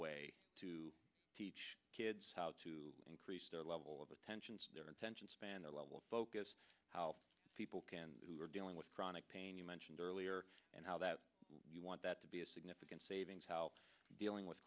way to teach kids how to increase their level of attention their attention span their level of focus how people who are dealing with chronic pain you mentioned earlier and how that you want that to be a significant savings how dealing with